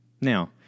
Now